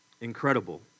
incredible